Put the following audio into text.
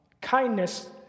Kindness